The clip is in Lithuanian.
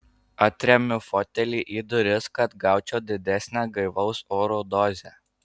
atremiu fotelį į duris kad gaučiau didesnę gaivaus oro dozę